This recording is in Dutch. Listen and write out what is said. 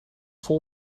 vol